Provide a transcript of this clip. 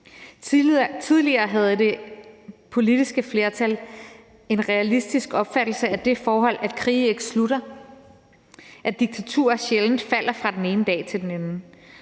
Tidligere havde det politiske flertal en realistisk opfattelse af det forhold, at krige ikke slutter, og at diktaturer sjældent falder fra den ene dag til den anden.